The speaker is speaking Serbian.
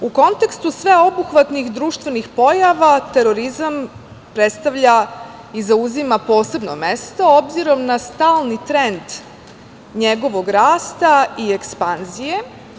U kontekstu sveobuhvatnih društvenih pojava terorizam predstavlja i zauzima posebno mesto obzirom na stalni trend njegovog rasta i ekspanzije.